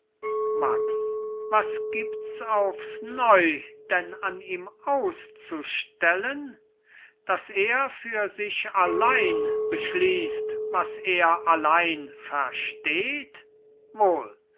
max was gibts aufs neu denn an ihm auszustellen daß er für sich allein beschließt was er allein versteht wohl